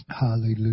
Hallelujah